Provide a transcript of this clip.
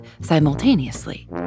simultaneously